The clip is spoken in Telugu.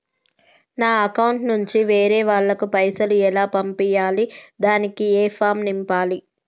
నా అకౌంట్ నుంచి వేరే వాళ్ళకు పైసలు ఎలా పంపియ్యాలి దానికి ఏ ఫామ్ నింపాలి?